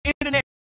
internet